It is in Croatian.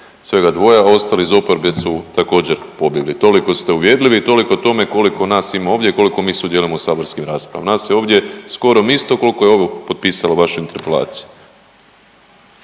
svega dvoje a ostali iz oporbe su također pobjegli. Toliko ste uvjerljivi i toliko o tome koliko nas ima ovdje, koliko mi sudjelujemo u saborskim raspravama. Nas je ovdje skoro isto koliko je ovo potpisalo vašu interpelaciju.